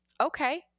okay